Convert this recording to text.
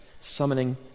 summoning